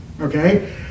Okay